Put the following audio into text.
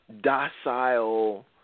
Docile